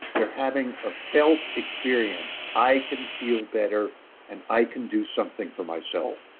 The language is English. you're having a felt experience. i can feel better and i can do something for myself.